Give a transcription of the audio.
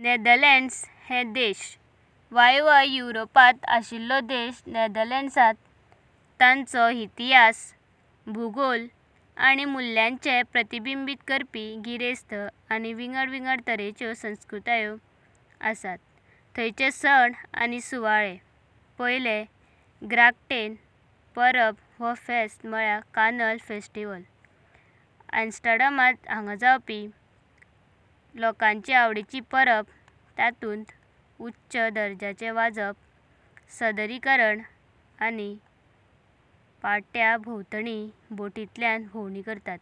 Netherlands हे देशा! विव्या युरोपांत आशिल्लो देशा, नेदरल्यांड्सांत ताचो इतिहास। भूगोल आनी मुल्यांचे प्रतिबिंबीत करपी गिरेस्ता आनी विंगड विंगड तारेंचो संस्कृतया आसा। थयाचे सण आनी सुवाळे। ग्राकतेनपरब अनाम्स्टरडाम हांगा जावपी लोकानाचा आवडीची परब। ततूंता उच्च दरहरजाचे वजापा, सदरीकरणा आनी पत्ताभोवतानि बोतिंताल्याना भोमवडी करतात।